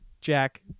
Jack